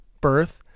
birth